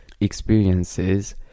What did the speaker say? experiences